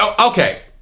Okay